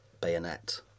bayonet